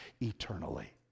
eternally